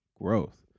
growth